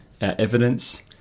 evidence